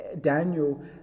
Daniel